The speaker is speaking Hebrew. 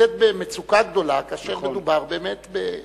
נמצאת במצוקה גדולה כאשר מדובר באמת, נכון.